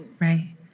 right